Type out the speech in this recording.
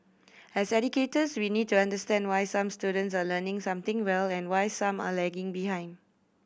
as educators we need to understand why some students are learning something well and why some are lagging behind